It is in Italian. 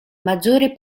maggiore